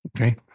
okay